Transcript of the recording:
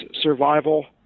survival